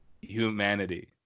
humanity